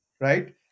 right